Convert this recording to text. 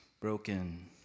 broken